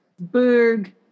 berg